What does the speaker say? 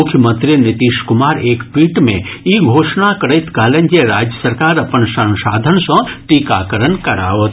मुख्यमंत्री नीतीश कुमार एक ट्वीट मे ई घोषणा करैत कहलनि जे राज्य सरकार अपन संसाधन सँ टीकाकरण कराओत